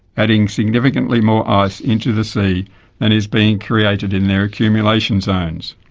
adding significantly more ice into the sea than is being created in their accumulation zones.